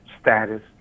status